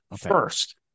First